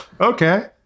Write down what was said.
okay